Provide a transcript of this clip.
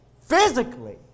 physically